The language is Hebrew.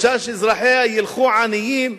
רוצה שאזרחיה ילכו עניים,